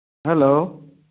hello